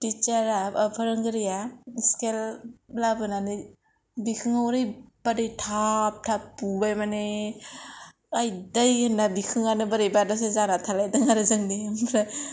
टिसारा फोरोंगिरिया स्केल लाबोनानै बिखुंआव ओरैबादि थाब थाब बुबाय माने आयदै होनना बिखुंआनो बोरैबा दसे जानानै थालायदों आरो जोंनि ओमफ्राय